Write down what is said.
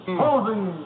posing